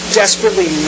desperately